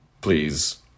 please